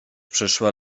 przyszłe